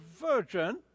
virgin